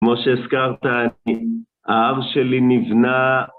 כמו שהזכרת, האב שלי נבנה...